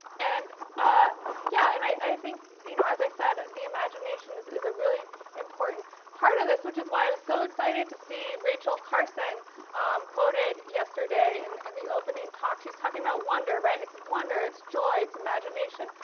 and ah yeah. and i think. you know as i said, the imagination is is a really important part of this. which is why i was so excited to see rachel carson quoted yesterday. in and and the opening talk. she's talking about wonder, right? it's wonder. it's joy. it's imagination.